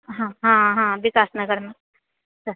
हँ हँ विकासनगरमे